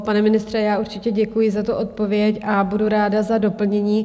Pane ministře, určitě děkuji za odpověď a budu ráda za doplnění.